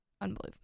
unbelievable